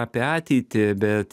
apie ateitį bet